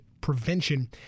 prevention